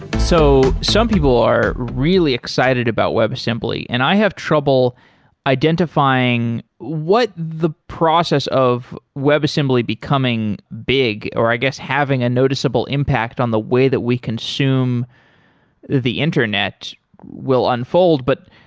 so some people are really excited about web assembly and i have trouble identifying what the process of web assembly becoming big or, i guess, having a noticeable impact on the way that we consume the internet unfold. but,